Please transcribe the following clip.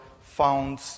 found